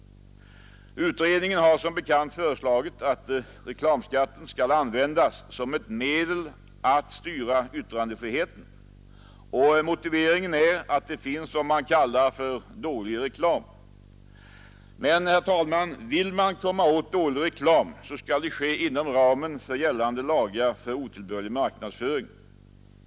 Utredningen har som bekant föreslagit att reklamskatten skall användas som ett medel att styra yttrandefriheten. Motiveringen är att det finns vad man kallar dålig reklam. Men, herr talman, vill man komma åt dålig reklam, skall detta ske inom gällande lagar om otillbörlig marknadsföring.